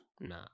Nah